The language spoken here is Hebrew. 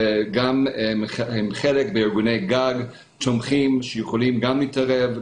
הן חלק בארגוני גג תומכים שיכולים גם להתערב,